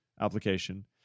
application